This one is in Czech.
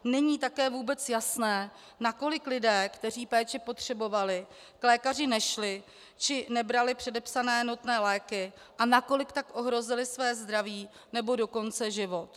Není také vůbec jasné, nakolik lidé, kteří péči potřebovali, k lékaři nešli či nebrali předepsané nutné léky a nakolik tak ohrozili svoje zdraví, nebo dokonce život.